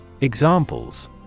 Examples